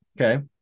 okay